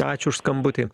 ačiū už skambutį